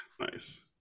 Nice